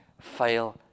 fail